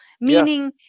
meaning